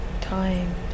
time